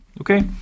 Okay